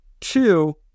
Two